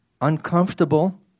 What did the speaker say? uncomfortable